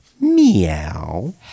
meow